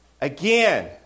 Again